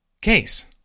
case